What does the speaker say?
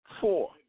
four